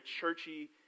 churchy